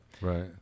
Right